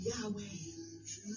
Yahweh